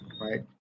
Right